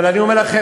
אבל אני אומר לכם,